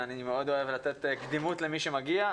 ואני מאוד אוהב קדימות למי שמגיע,